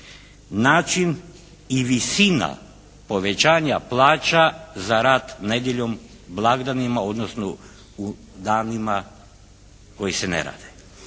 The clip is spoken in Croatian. način i visina povećanja plaća za rad nedjeljom, blagdanima, odnosno u danima koji se ne rade.